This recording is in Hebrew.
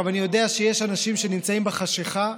אבל אני יודע שיש אנשים שנמצאים בחשכה,